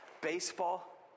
baseball